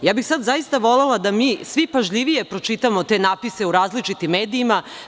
Sada bih zaista volela da svi pažljivije pročitamo te natpise u različitim medijima.